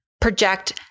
project